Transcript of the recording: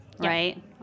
Right